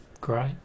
Great